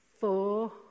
four